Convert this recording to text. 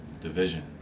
division